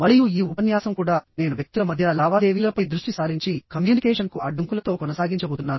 మరియు ఈ ఉపన్యాసం కూడా నేను వ్యక్తుల మధ్య లావాదేవీలపై దృష్టి సారించి కమ్యూనికేషన్కు అడ్డంకులతో కొనసాగించబోతున్నాను